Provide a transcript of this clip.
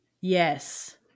Yes